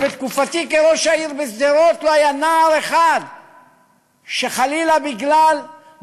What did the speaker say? שבתקופתי כראש העיר בשדרות לא היה נער אחד שבגלל מוצאו,